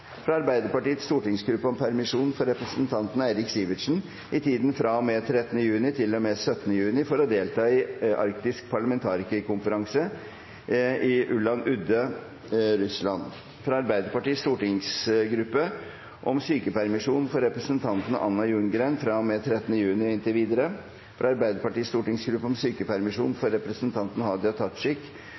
fra Arbeiderpartiets stortingsgruppe om permisjon for representanten Eirik Sivertsen i tiden fra og med 13. juni til og med 17. juni for å delta i arktisk parlamentarikerkonferanse i Ulan-Ude, Russland fra Arbeiderpartiets stortingsgruppe om sykepermisjon for representanten Anna Ljunggren fra og med 13. juni og inntil videre fra Arbeiderpartiets stortingsgruppe om sykepermisjon for representanten Hadia Tajik